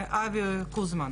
זאת אומרת פרופורציה,